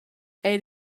eir